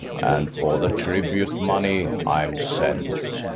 and for the tribute-money i am sent.